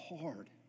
hard